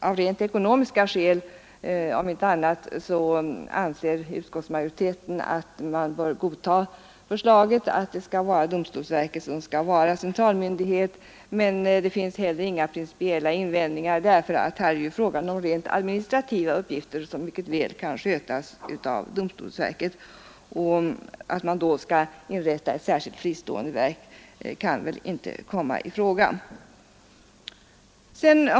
Av rent praktiska skäl om inte annat anser utskottsmajoriteten att man bör godta förslaget att domstolsverket skall vara centralmyndighet. Men det finns heller inga principiella invändningar, eftersom det är fråga om administrativa uppgifter, som mycket väl kan skötas av domstolsverket. Att man då skulle inrätta ett särskilt fristående verk kan inte komma i fråga.